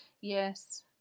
Yes